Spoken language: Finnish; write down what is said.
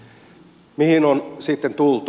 mihin on sitten tultu